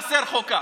חסרה חוקה,